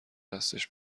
دستش